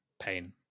Pain